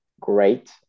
great